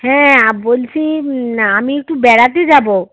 হ্যাঁ বলছি আমি একটু বেড়াতে যাবো